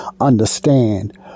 understand